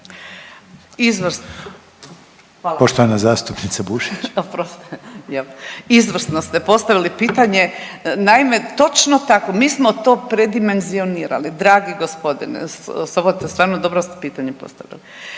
izvrsno ste postavili pitanje. Naime točno tako. Mi smo to predimenzionirali dragi gospodine Sobota stvarno dobro ste pitanje postavili.